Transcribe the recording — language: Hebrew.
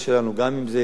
גם אם זה טבריה,